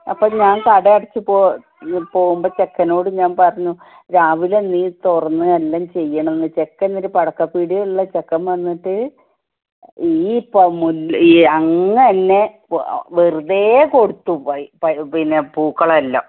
അപ്പോള് ഞാൻ കടയടച്ചു പോകുമ്പോള് ചെറുക്കനോട് ഞാന് പറഞ്ഞു രാവിലെ നീ തുറന്ന് എല്ലാം ചെയ്യണമെന്ന് ചെറുക്കൻ ഒരു പടക്കപ്പീടികയിലുള്ള ചെറുക്കൻ വന്നിട്ട് ഈ ഈ അങ്ങനെത്തന്നെ വെറുതെ കൊടുത്തു പിന്നെ പൂക്കളെല്ലാം